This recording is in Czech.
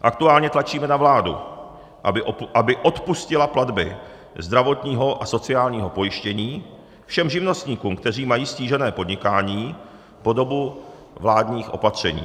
Aktuálně tlačíme na vládu, aby odpustila platby zdravotního a sociálního pojištění všem živnostníkům, kteří mají ztížené podnikání, po dobu vládních opatření.